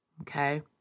Okay